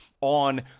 on